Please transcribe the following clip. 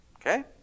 Okay